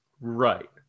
Right